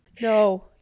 no